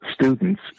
students